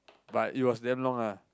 but it was damn long ah